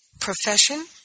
profession